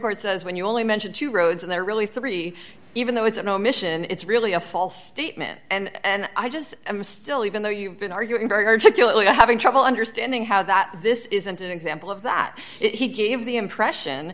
court says when you only mention two roads and there are really three even though it's an omission it's really a false statement and i just i'm still even though you've been arguing very articulately having trouble understanding how that this isn't an example of that if you give the impression